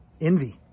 Envy